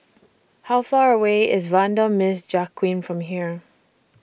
How Far away IS Vanda Miss Joaquim from here